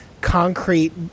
concrete